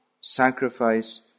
sacrifice